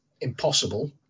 impossible